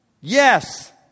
Yes